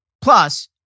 Plus